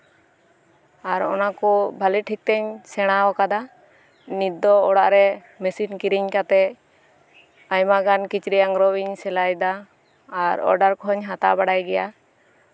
ᱟᱨ ᱚᱱᱟ ᱠᱚ ᱵᱷᱟᱞᱤ ᱴᱷᱤᱠ ᱛᱤᱧ ᱥᱮᱬᱟᱣ ᱟᱠᱟᱫᱟ ᱱᱤᱛ ᱫᱚ ᱚᱲᱟᱜ ᱨᱮ ᱢᱮᱥᱤᱱ ᱠᱤᱨᱤᱧ ᱠᱟᱛᱮ ᱟᱭᱢᱟ ᱜᱟᱱ ᱠᱤᱪᱨᱤᱡ ᱟᱝᱨᱚᱵ ᱤᱧ ᱥᱮᱞᱟᱭ ᱫᱟ ᱟᱨ ᱚᱨᱰᱟᱨ ᱠᱚᱦᱚᱸᱧ ᱦᱟᱛᱟᱣ ᱵᱟᱲᱟᱭ ᱜᱮᱭᱟ